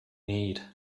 need